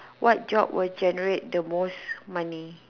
what job would generate the most money